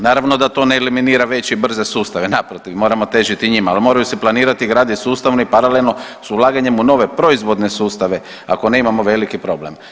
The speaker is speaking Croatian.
Naravno da to ne eliminira veće i brže sustave, naprotiv moramo težiti njima, ali moraju se planirati i graditi sustavno i paralelno s ulaganje u nove proizvodne sustava, ako ne imamo veliki problem.